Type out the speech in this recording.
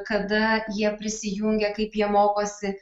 kada jie prisijungia kaip jie mokosi